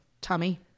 Tommy